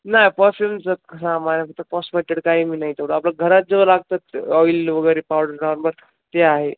नाही परफ्युमचं हं कॉस्मे काही मी नाही तेवढं आपलं घरात जेवढं लागतात ते ऑईल वगैरे पावडर नॉर्मर ते आहे